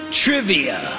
trivia